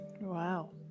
Wow